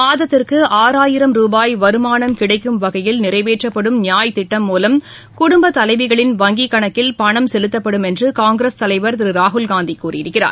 மாதத்திற்குஆறாயிரம் ரூபாய் வருமானம் கிடைக்கும் வகையில் நிறைவேற்றப்படும் நியாய் திட்டம் மூலம் குடும்பதலைவிகளின் வங்கி கணக்கில் பணம் செலுத்தப்படும் என்றுகாங்கிரஸ் தலைவர் திருராகுல்காந்திகூறியிருக்கிறார்